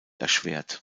erschwert